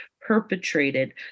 perpetrated